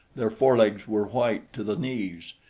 their forelegs were white to the knees.